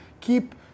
Keep